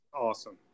awesome